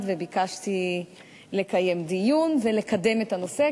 וביקשתי לקיים דיון ולקדם את הנושא,